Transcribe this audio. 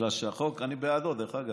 אני בעדו, דרך אגב.